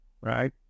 right